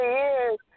years